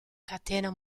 catena